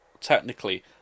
technically